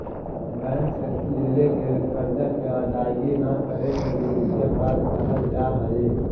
bank से लेल गेल कर्जा के अदायगी न करे में भी वित्तीय अपराध कहल जा हई